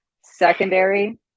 secondary